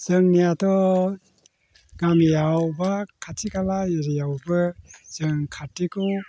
जोंनियाथ' गामियाव एबा खाथि खाला एरियायावबो जों कार्तिकखौ